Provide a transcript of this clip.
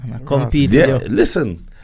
listen